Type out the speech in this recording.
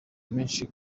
menshi